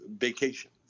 vacation